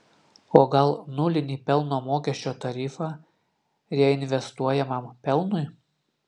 o gal nulinį pelno mokesčio tarifą reinvestuojamam pelnui